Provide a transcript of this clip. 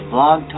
Vlog